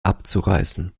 abzureißen